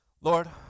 Lord